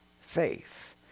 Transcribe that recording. faith